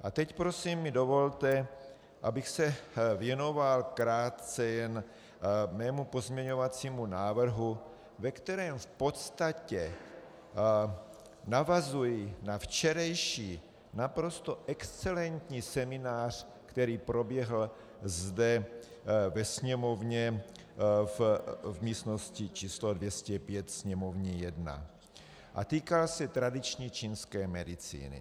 A teď prosím mi dovolte, abych se věnoval krátce jen svému pozměňovacímu návrhu, ve kterém v podstatě navazuji na včerejší naprosto excelentní seminář, který proběhl zde ve Sněmovně v místnosti číslo 205, Sněmovní 1, a týkal se tradiční čínské medicíny.